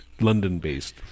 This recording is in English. London-based